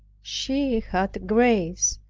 she had grace,